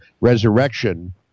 Resurrection